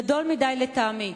גדול מדי לטעמי.